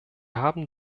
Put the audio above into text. haben